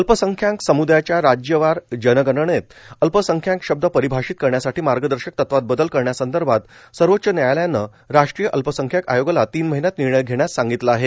अल्पसंख्याक सम्दायाच्या राज्यवार जनगणनेत अल्पसंख्याक शब्द परिभाषित करण्यासाठी मार्गदर्शक तत्वात बदल करण्यासंदर्भात सर्वोच्च न्यायालयानं राष्ट्रीय अल्पसंख्याक आयोगाला तीन महिन्यात निर्णय घेण्यास सांगितलं आहे